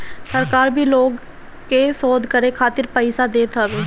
सरकार भी लोग के शोध करे खातिर पईसा देत हवे